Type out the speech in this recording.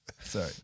Sorry